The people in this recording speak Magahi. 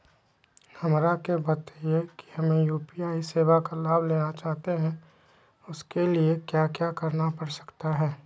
हमरा के बताइए हमें यू.पी.आई सेवा का लाभ लेना चाहते हैं उसके लिए क्या क्या करना पड़ सकता है?